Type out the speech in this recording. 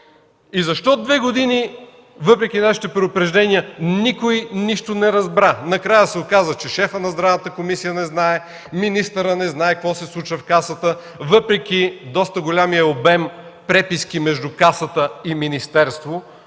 Защо 2 години, въпреки нашите предупреждения, никой нищо не разбра? Накрая се оказа, че шефът на Здравната комисия не знае, министърът не знае какво се случва в Касата! Въпреки доста големия обем преписки между Касата и министерството,